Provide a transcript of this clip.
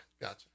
gotcha